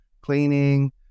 cleaning